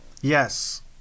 Yes